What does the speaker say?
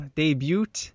debut